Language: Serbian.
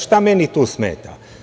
Šta meni tu smeta?